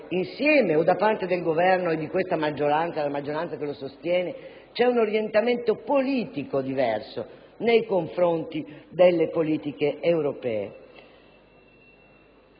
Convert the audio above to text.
insieme, o da parte del Governo e della maggioranza che lo sostiene c'è un orientamento politico diverso nei confronti delle politiche europee?